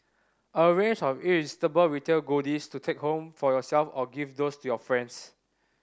a range of irresistible retail goodies to take home for yourself or gift these to your friends